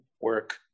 work